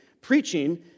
preaching